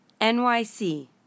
NYC